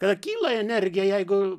tada kyla energija jeigu